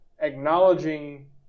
Acknowledging